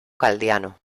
galdiano